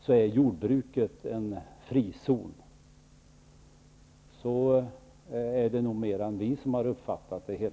Så har nog fler än vi uppfattat saken.